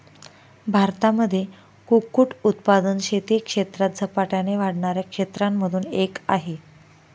भारतामध्ये कुक्कुट उत्पादन शेती क्षेत्रात झपाट्याने वाढणाऱ्या क्षेत्रांमधून एक आहे